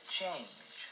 change